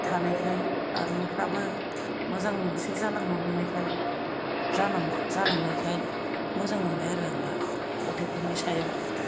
थानायखाय आर न'फोराबो मोजांसे जालांनो हमनायखाय जालांनायखाय मोजां मोनबाय आरो आं दा गथ'फोरनि सायाव